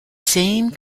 same